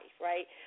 right